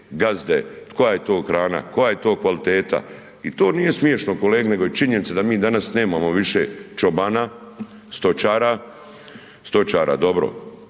gazde, koja je to hrana, koja je to kvaliteta i to nije smiješno kolege, nego je činjenica da mi danas nemamo više čobana, stočara, stočara dobro,